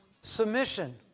submission